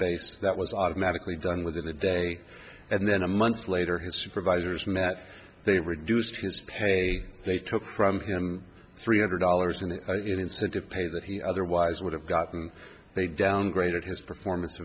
base that was automatically done within a day and then a month later his supervisors met they reduced his pay they took from him three hundred dollars an incentive pay that he otherwise would have gotten and they downgraded his performance